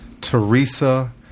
Teresa